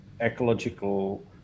ecological